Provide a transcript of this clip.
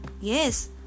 Yes